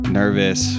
nervous